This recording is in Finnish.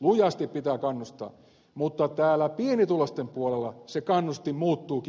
lujasti pitää kannustaa mutta täällä pienituloisten puolella se kannustin muuttuukin kepiksi